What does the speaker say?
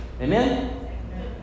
Amen